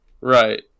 Right